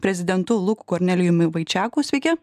prezidentu luku kornelijumi vaičiaku sveiki